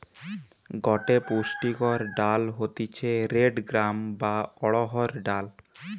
গটে পুষ্টিকর ডাল হতিছে রেড গ্রাম বা অড়হর ডাল